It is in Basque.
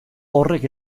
horrek